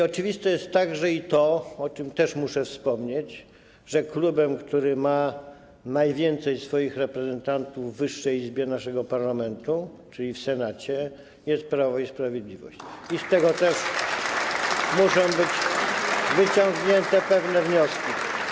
Oczywiste jest także to, o czym też muszę wspomnieć, że klubem, który ma najwięcej swoich reprezentantów w wyższej Izbie naszego parlamentu, czyli w Senacie, jest Prawo i Sprawiedliwość i z tego też muszą być wyciągnięte pewne wnioski.